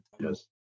Yes